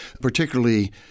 particularly